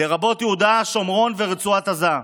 לרבות יהודה שומרון ורצועת עזה.